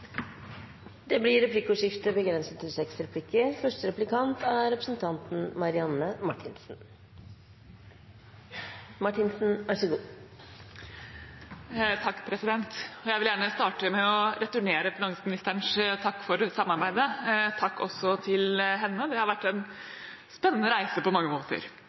Det blir replikkordskifte. Jeg vil gjerne starte med å returnere finansministerens takk for samarbeidet. Takk også til henne. Det har vært en spennende reise på mange måter.